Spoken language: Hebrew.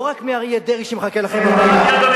לא רק מאריה דרעי שמחכה לכם בפינה,